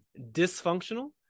dysfunctional